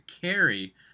carry